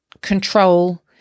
control